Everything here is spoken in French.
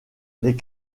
les